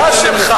אבל הממשלה שלך,